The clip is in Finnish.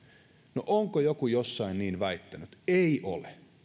no onko joku jossain niin väittänyt ei ole